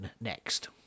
next